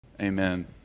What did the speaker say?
Amen